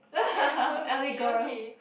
ya okay